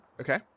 okay